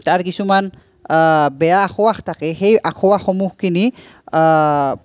তাৰ কিছুমান বেয়া আঁসোৱাহ থাকে সেই আঁসোৱাহসমূহ কিনি